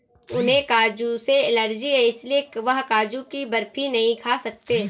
उन्हें काजू से एलर्जी है इसलिए वह काजू की बर्फी नहीं खा सकते